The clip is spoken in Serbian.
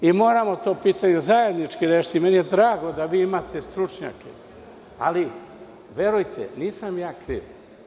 Moramo to pitanje zajednički rešiti i drago mi je da imate stručnjake, ali verujte, nisam ja kriv.